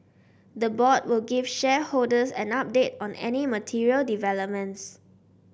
the board will give shareholders an update on any material developments